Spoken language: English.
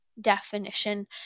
definition